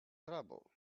trouble